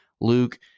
Luke